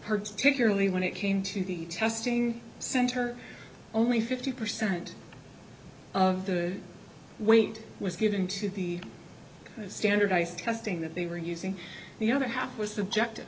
particularly when it came to the testing center only fifty percent of the weight was given to the standardized testing that they were using the other half was the objective